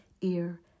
ear